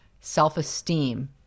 self-esteem